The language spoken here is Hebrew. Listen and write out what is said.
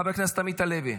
חבר הכנסת עמית הלוי,